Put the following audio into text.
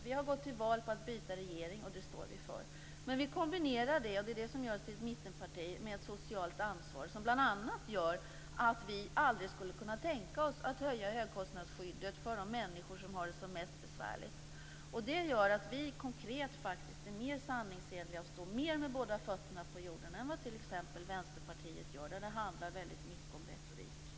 Vi har gått till val på att byta regering, och det står vi för. Men vi kombinerar det med ett socialt ansvar. Det är det som gör oss till ett mittenparti. Vi skulle aldrig kunna tänka oss att höja högkostnadsskyddet för de människor som har det som mest besvärligt. Det gör att vi konkret står med båda fötterna på jorden och är mer sanningsenliga än t.ex. Vänsterpartiet. Hos Vänsterpartiet handlar det mycket om retorik.